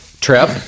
trip